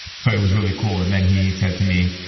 so it was really cool and then, he said to me.